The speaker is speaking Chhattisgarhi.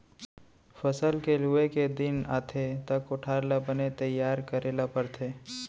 फसल के लूए के दिन आथे त कोठार ल बने तइयार करे ल परथे